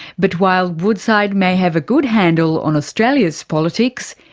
but while woodside may have a good handle on australia's politics,